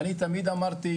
ואני תמיד אמרתי,